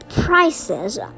Prices